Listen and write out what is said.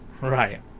Right